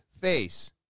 face